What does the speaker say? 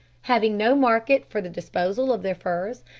having no market for the disposal of their furs,